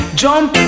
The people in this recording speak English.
jump